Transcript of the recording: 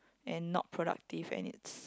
and not productive and it's